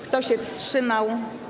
Kto się wstrzymał?